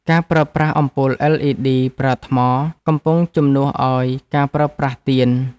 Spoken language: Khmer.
ការប្រើប្រាស់អំពូល LED ប្រើថ្ម កំពុងជំនួសឱ្យការប្រើប្រាស់ទៀន។